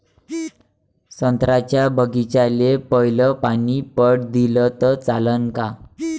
संत्र्याच्या बागीचाले पयलं पानी पट दिलं त चालन का?